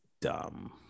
dumb